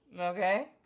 Okay